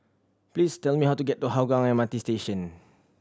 please tell me how to get to Hougang M R T Station